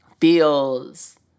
feels